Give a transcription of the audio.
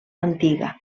antiga